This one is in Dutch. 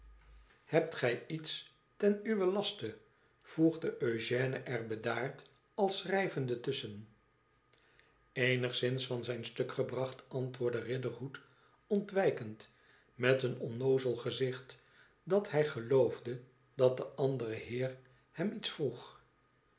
hebt gij iets ten uwen laste voegde eugène er bedaard al schrijvende tusschen eenigszins van zijn stuk gebracht antwoordde riderhood ontwijkend met een onnoozel gezicht dat hij geloofde dat de andere heer hem iets vroeg